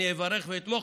אברך ואתמוך.